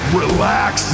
relax